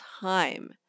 time